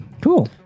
Cool